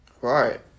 Right